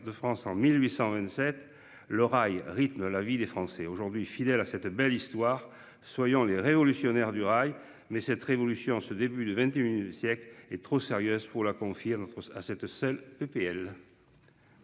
de France en 1827, le rail rythment la vie des Français aujourd'hui fidèle à cette belle histoire. Soyons les révolutionnaires du rail. Mais cette révolution en ce début de 21 siècle est trop sérieuse pour la confier à notre à cette seule PPL.--